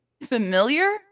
familiar